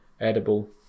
edible